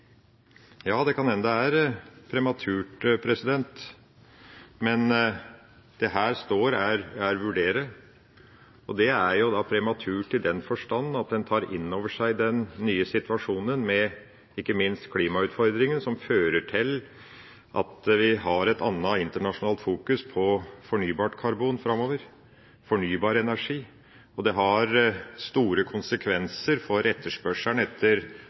Ja, det kan hende det er prematurt, men det som står, er «vurdere». Det er da prematurt i den forstand at en tar inn over seg den nye situasjonen, ikke minst med klimautfordringene, som fører til at vi har et annet internasjonalt fokus på fornybart karbon og fornybar energi framover. Det har store konsekvenser for etterspørselen etter